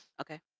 Okay